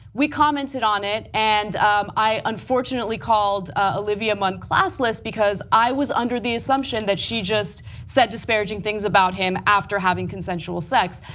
we commented on it and i unfortunately called ah olivia munn classless because i was under the assumption that she just said disparaging things about him after having consensual sex.